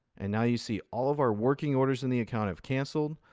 and now you see all of our working orders in the account have canceled,